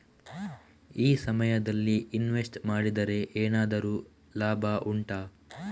ಈ ಸಮಯದಲ್ಲಿ ಇನ್ವೆಸ್ಟ್ ಮಾಡಿದರೆ ಏನಾದರೂ ಲಾಭ ಉಂಟಾ